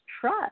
trust